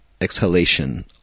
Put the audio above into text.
exhalation